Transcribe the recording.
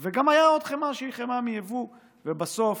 וגם הייתה עוד חמאה שהיא חמאה מיבוא, ובסוף,